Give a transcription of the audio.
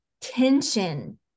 tension